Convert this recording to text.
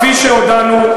כפי שהודענו,